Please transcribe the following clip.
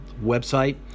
website